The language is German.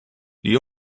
die